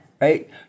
right